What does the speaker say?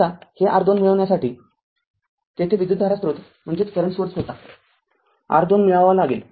आताहे R२ मिळण्यासाठी तेथे विद्युतधारा स्रोत होता R२ मिळवावा लागेल